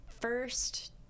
first